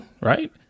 right